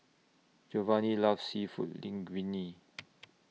Geovanni loves Seafood Linguine